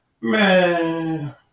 Man